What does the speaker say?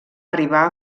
arribar